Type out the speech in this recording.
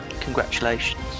Congratulations